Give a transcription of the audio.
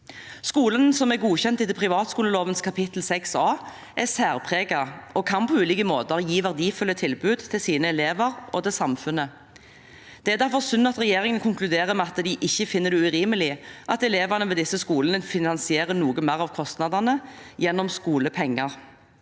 Skolene som er godkjent etter privatskolelovens kapittel 6A, er særpregede og kan på ulike måter gi verdifulle tilbud til sine elever og til samfunnet. Det er derfor synd at regjeringen konkluderer med at de ikke finner det urimelig at elevene ved disse skolene finansierer noe mer av kostnadene gjennom skolepenger.